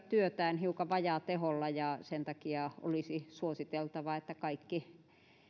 työtään hiukan vajaateholla ja sen takia olisi suositeltavaa että kaikki